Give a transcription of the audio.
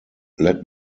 let